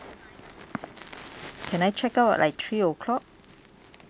can I check out like three o'clock